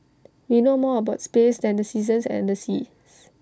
we know more about space than the seasons and the seas